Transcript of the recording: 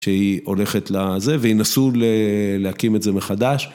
שהיא הולכת לזה והיא ינסו להקים את זה מחדש.